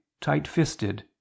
tight-fisted